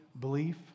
belief